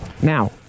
Now